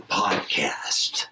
podcast